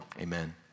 amen